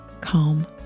Calm